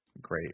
Great